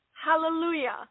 hallelujah